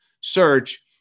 search